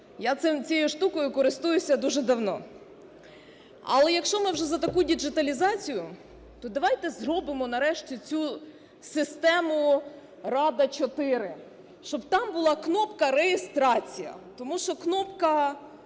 я цієї штукою користуюся дуже давно. Але якщо ми вже за таку діджиталізацію, то давайте зробимо нарешті цю систему "Рада-4", щоб там була кнопка "реєстрація". Тому що кнопка